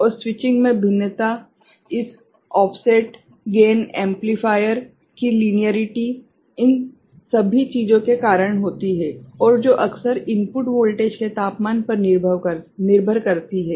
और स्विचिंग में भिन्नता इस ऑफसेट गेन एम्पलीफायर की लिनियरीटी इन सभी चीजों के कारण होती है और जो अक्सर इनपुट वोल्टेज के तापमान पर निर्भर करती है